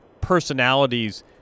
personalities